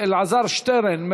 אלעזר שטרן,